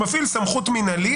הוא מפעיל סמכות מינהלית,